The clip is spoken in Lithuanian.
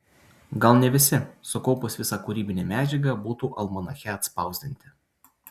gal ne visi sukaupus visą kūrybinę medžiagą būtų almanache atspausdinti